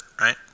right